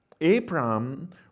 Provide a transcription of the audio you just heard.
Abraham